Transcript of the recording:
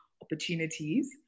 opportunities